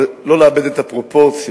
אבל לא לאבד את הפרופורציות,